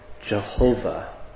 Jehovah